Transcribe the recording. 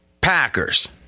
Packers